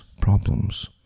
problems